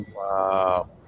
Wow